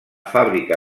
fàbrica